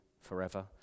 forever